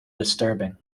disturbing